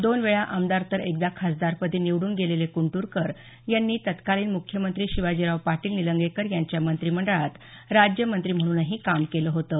दोन वेळी आमदार तर एकदा खासदारपदी निवडून गेलेले कुंटरकर यांनी तत्कालीन मुख्यमंत्री शिवाजीराव पाटील निलंगेकर यांच्या मंत्रिमंडळात राज्यमंत्री म्हणूनही काम केलं होतं